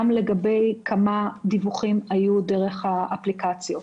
לגבי כמות הדיווחים שהיו דרך האפליקציות.